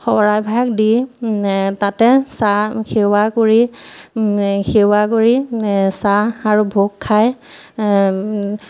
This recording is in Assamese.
শৰাই ভাগ দি তাতে চাহ সেৱা কৰি সেৱা কৰি চাহ আৰু ভোগ খাই